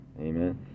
Amen